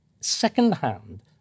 Second-hand